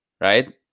right